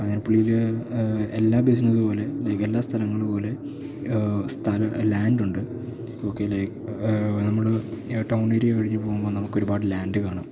കാഞ്ഞിരപ്പള്ളിയില് എല്ലാ ബിസിനസ്സ് പോലെ ലൈക്ക് എല്ലാ സ്ഥലങ്ങളും പോലെ ലാൻഡുണ്ട് ഓക്കെ ലൈക് നമ്മള് ടൗണേരിയ കഴിഞ്ഞു പോകുമ്പോള് നമുക്കൊരുപാട് ലാൻഡ് കാണാം